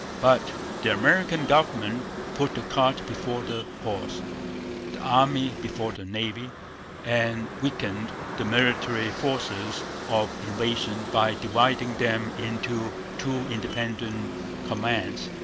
but the american government put the cart before the horse the army before the navy and weakened the military forces of invasion by dividing them into two independent commands.